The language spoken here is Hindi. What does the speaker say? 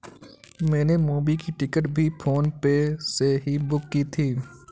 मैंने मूवी की टिकट भी फोन पे से ही बुक की थी